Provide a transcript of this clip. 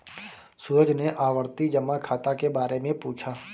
सूरज ने आवर्ती जमा खाता के बारे में पूछा